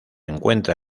encuentra